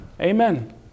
Amen